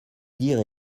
dire